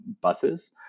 buses